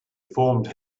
formed